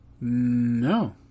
No